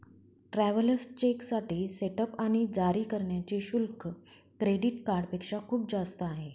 travellers चेकसाठी setup आणि जारी करण्याचे शुल्क क्रेडिट कार्डपेक्षा खूप जास्त आहे